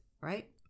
right